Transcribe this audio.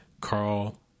Carl